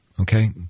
Okay